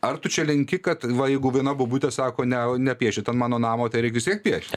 ar tu čia lenki kad va jeigu viena bobutė sako ne nepiešit ant mano namo tai reik vis tiek piešti